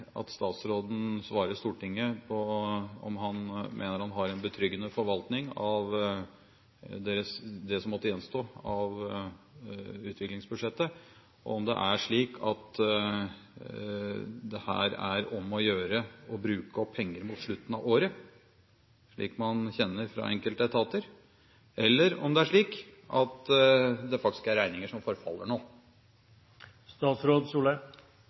at statsråden svarer Stortinget på om han mener han har en betryggende forvaltning av det som måtte gjenstå av utviklingsbudsjettet, og om det er slik at det her er om å gjøre å bruke opp pengene mot slutten av året, slik man kjenner det fra enkelte etater, eller om det er slik at det faktisk er regninger som forfaller